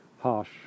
harsh